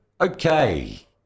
okay